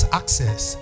access